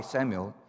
Samuel